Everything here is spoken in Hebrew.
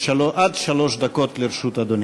עד שלוש דקות לרשות אדוני.